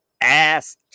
Ass